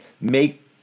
make